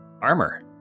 armor